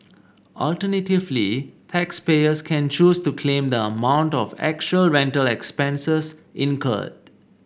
alternatively taxpayers can choose to claim the amount of actual rental expenses incurred